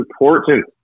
important